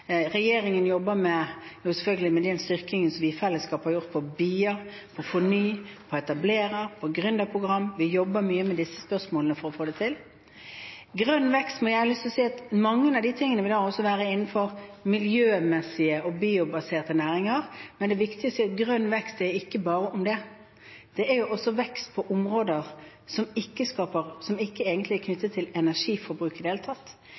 Regjeringen jobber selvfølgelig med den styrkingen som vi i fellesskap har gjort på BIA, på FORNY, på etablerer- og gründerprogram. Vi jobber mye med disse spørsmålene for å få det til. Når det gjelder grønn vekst, har jeg lyst til å si at mye av det vil da også være innenfor miljømessige og biobaserte næringer. Men det er viktig å si at grønn vekst ikke bare er det, det er også vekst på områder som ikke egentlig er knyttet til energiforbruket i det hele tatt.